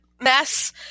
mess